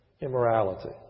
immorality